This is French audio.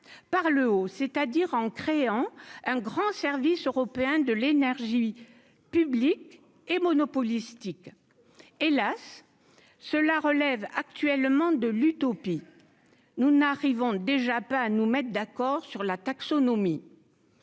par le haut, c'est-à-dire en créant un grand service européen de l'énergie publiques et monopolistique hélas cela relève actuellement de l'utopie, nous n'arrivons déjà pas à nous mettre d'accord sur la taxonomie.